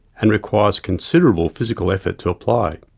and requires considerable physical effort to apply.